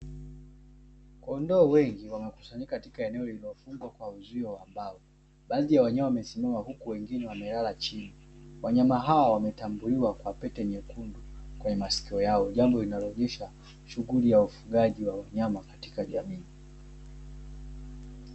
Kondoo wengi wamekusanyika katika eneo ambalo lililofungwa kwa uzio wa mbao, baadhi ya wanyama wamesimama huku wengine wamelala chini, wanyama hao wametambuliwa kwa pete nyekundu kwenye maskio yao jambo linaloonyesha shughuli ya ufugaji wa wanyama katika jamii.